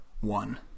one